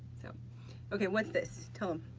so okay, what's this? tell them.